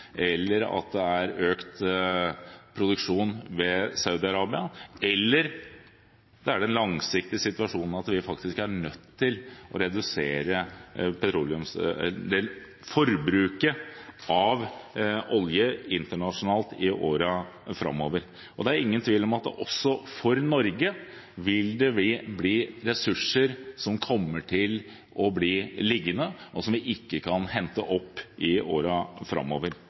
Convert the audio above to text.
eller økt produksjon i Saudi-Arabia, eller det er på grunn av situasjonen på lang sikt, at vi er nødt til å redusere forbruket av olje internasjonalt i årene framover. Det er ingen tvil om at det også for Norge vil være ressurser som kommer til å bli liggende, og som vi ikke kan hente opp i årene framover.